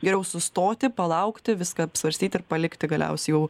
geriau sustoti palaukti viską apsvarstyti ir palikti galiausiai jau